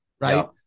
Right